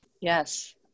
yes